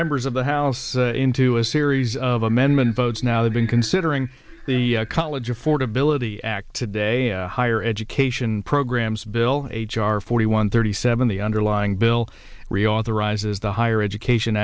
there's of the house into a series of amendment votes now they've been considering the college affordability act today higher education programs bill h r forty one thirty seven the underlying bill reauthorizes the higher education